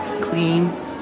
clean